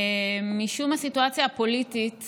משום הסיטואציה הפוליטית